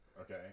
Okay